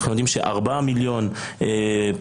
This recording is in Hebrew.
אנחנו יודעים ש-4 מיליון פליטים,